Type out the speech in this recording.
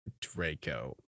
draco